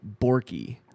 Borky